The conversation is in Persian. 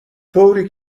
طوری